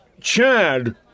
Chad